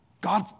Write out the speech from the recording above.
God